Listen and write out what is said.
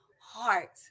heart